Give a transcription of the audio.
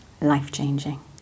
Life-changing